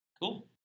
Cool